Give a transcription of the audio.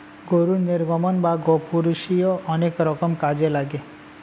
গরুর নির্গমন বা গোপুরীষ অনেক রকম কাজে লাগে